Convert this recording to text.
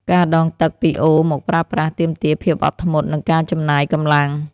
ការដងទឹកពីអូរមកប្រើប្រាស់ទាមទារភាពអត់ធ្មត់ និងការចំណាយកម្លាំង។